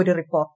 ഒരു റിപ്പോർട്ട്